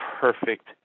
perfect